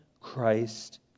Christ